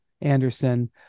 anderson